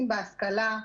אם בהשכלה,